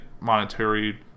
monetary